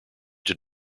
did